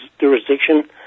jurisdiction